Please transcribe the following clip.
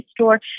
store